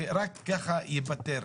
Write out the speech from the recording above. ורק כך זה ייפתר.